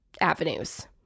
avenues